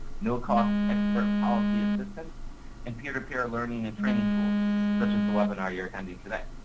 no cost expert policy assistance and peer-to-peer learning and training tools such as the webinar, you are attending today.